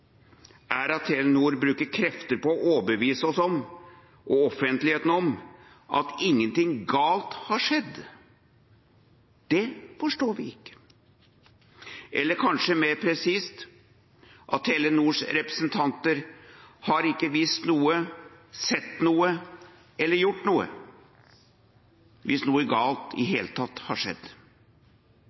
er at Telenor bruker krefter på å overbevise oss og offentligheten om at ingenting galt har skjedd. Det forstår vi ikke – eller kanskje mer presist: at Telenors representanter har ikke visst noe, sett noe eller gjort noe, hvis noe galt i det hele tatt har skjedd.